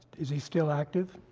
is he still active?